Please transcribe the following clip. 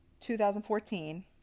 2014